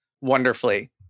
wonderfully